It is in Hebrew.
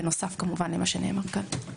בנוסף כמובן למה שנאמר כאן.